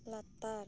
ᱞᱟᱛᱟᱨ